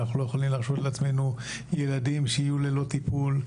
ואנחנו לא יכולים להרשות לעצמנו ילדים שיהיו ללא טיפול,